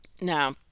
Now